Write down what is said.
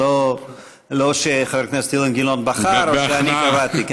זה לא שחבר הכנסת אילן גילאון בחר או שאני קבעתי,